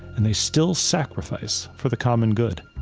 and they still sacrifice for the common good.